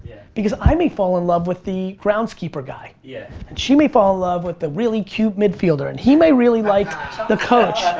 because i may fall in love with the groundskeeper guy, yeah and she may fall in love with the really cute midfielder, and he may really like the coach.